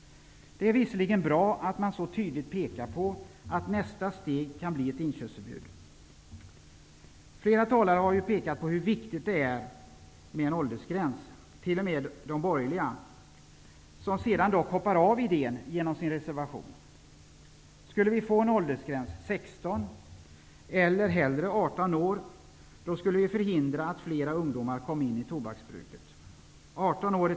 Det är visserligen bra att man så tydligt pekar på att nästa steg kan bli ett inköpsförbud. Flera talare har ju pekat på hur viktigt det är med en åldersgräns. Det har t.o.m. de borgerliga gjort, men de hoppar sedan av idén genom sin reservation. Skulle vi få en åldersgräns på 16 eller ännu hellre 18 år, skulle vi förhindra att flera ungdomar kom in i tobaksbruket.